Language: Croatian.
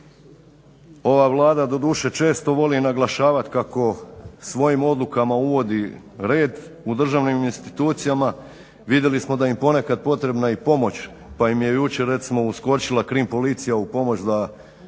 Ova Vlada doduše često voli naglašavati kako svojim odlukama uvodi red u državnim institucijama. Vidjeli smo da im je ponekad potrebna i pomoć pa im je jučer recimo uskočila KRIM Policija u pomoć da